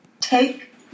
take